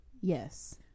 Yes